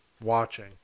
watching